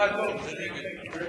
נגד.